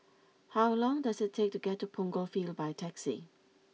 how long does it take to get to Punggol Field by taxi